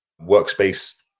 workspace